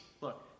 Look